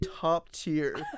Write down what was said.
top-tier